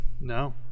No